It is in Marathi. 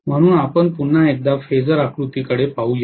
म्हणून आपण पुन्हा एकदा फेजर आकृतीकडे पाहू या